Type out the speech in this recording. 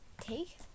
Take